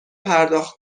پرداخت